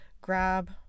grab